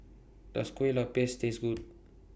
Does Kueh Lopes Taste Good